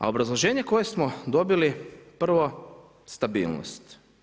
A obrazloženje koje smo dobili prvo stabilnost.